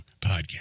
podcast